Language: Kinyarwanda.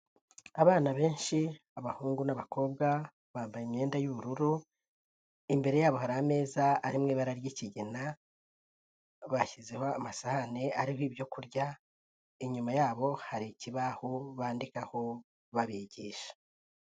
Abana benshi, abahungu n'abakobwa bambaye imyenda y'ubururu, imbere yabo hari ameza arimo ibara ry'ikigina, bashyizeho amasahani ariho ibyo kurya, inyuma yabo hari ikibaho bandikaho babigisha.